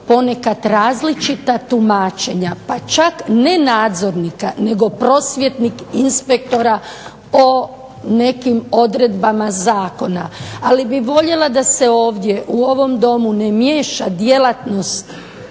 ponekad različita tumačenja pa čak ne nadzornika nego prosvjetnih inspektora o nekim odredbama zakona, ali bih voljela da se ovdje u ovom Domu ne miješa djelatnost